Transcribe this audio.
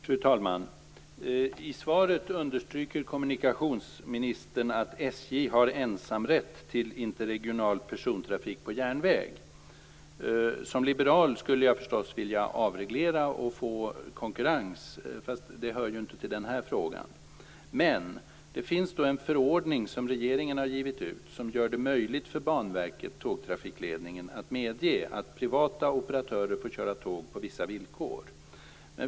Fru talman! I svaret understryker kommunikationsministern att SJ har ensamrätt till interregional persontrafik på järnväg. Som liberal skulle jag förstås vilja avreglera och få konkurrens, fast det hör ju inte till den här debatten. Det finns en förordning som regeringen har givit ut som gör det möjligt för Banverket och tågtrafikledningen att medge att privata operatörer får köra tåg på vissa villkor.